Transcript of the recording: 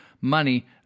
money